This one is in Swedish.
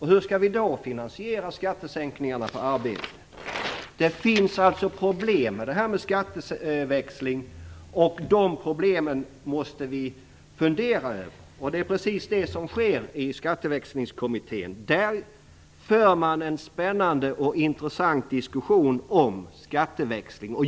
Hur skall vi då finansiera skattesänkningarna på arbete? Det finns alltså problem med en skatteväxling, och dem måste vi fundera över. Det är också precis det som sker i Skatteväxlingskommittén, där man för en intressant och spännande diskussion om skatteväxling.